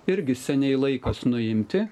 irgi seniai laikas nuimti